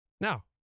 Now